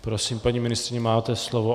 Prosím, paní ministryně, máte slovo.